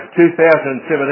2017